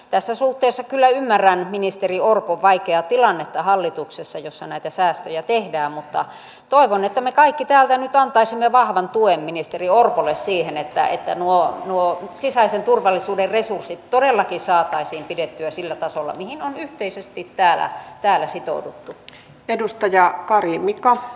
tässä suhteessa kyllä ymmärrän ministeri orpon vaikeaa tilannetta hallituksessa jossa näitä säästöjä tehdään mutta toivon että me kaikki täältä nyt antaisimme vahvan tuen ministeri orpolle siihen että nuo sisäisen turvallisuuden resurssit todellakin saataisiin pidettyä sillä tasolla mihin on yhteisesti täällä sitouduttu